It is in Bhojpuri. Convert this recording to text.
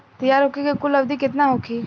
तैयार होखे के कुल अवधि केतना होखे?